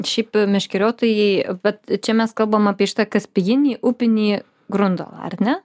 šiaip meškeriotojai vat čia mes kalbam apie šitą kaspijinį upinį grundalą ar ne